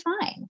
fine